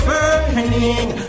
Burning